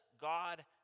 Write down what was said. God